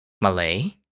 Malay